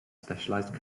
specialized